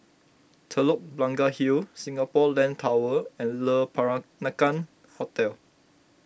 Telok Blangah Hill Singapore Land Tower and Le Peranakan Hotel